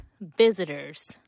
visitors